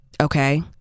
Okay